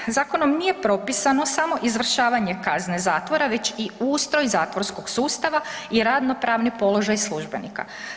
Zakon, zakonom nije propisano samo izvršavanje kazne zatvora već i ustroj zatvorskog sustava i radno pravni položaj službenika.